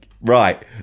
Right